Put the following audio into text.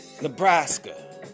Nebraska